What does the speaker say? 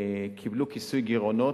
קיבלו כיסוי גירעונות.